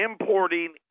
importing